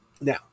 Now